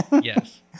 Yes